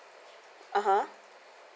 a'ah